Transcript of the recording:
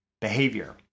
behavior